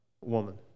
woman